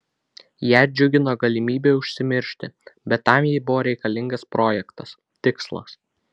ją džiugino galimybė užsimiršti bet tam jai buvo reikalingas projektas tikslas